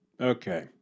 Okay